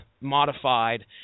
modified